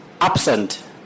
absent